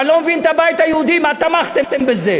ואני לא מבין את הבית היהודי, מה תמכתם בזה?